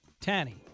Tanny